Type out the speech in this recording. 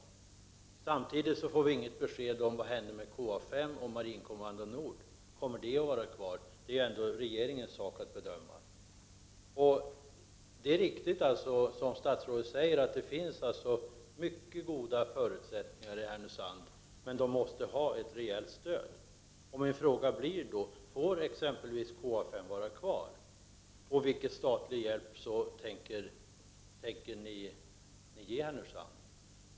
Samtidigt får vi inget besked om vad som händer med KA 5 och Marinkommando Nord. Det är ändå regeringens sak att bedöma om de skall få vara kvar. Det är riktigt, som statsrådet säger, att det finns mycket goda förutsättningar i Härnösand, men man måste där ha ett rejält stöd. Min fråga är därför: Får exempelvis KA 5 vara kvar, och vilken statlig hjälp tänker ni ge Härnösand?